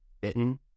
bitten